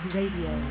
Radio